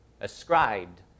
ascribed